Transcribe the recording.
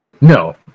No